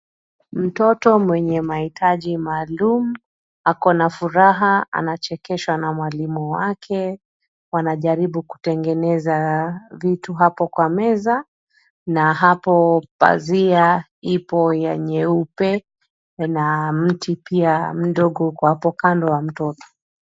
Mtoto mwenye mahitaji maalum ako na furaha, anachekeshwa na mwalimu wake. Wanajaribu kutengeneza vitu hapo kwa meza. Na hapo pazia ipo ya nyeupe na mti pia mdogo uko hapo kando wa mtoto.